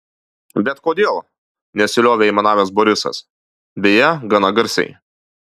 bet kodėl nesiliovė aimanavęs borisas beje gana garsiai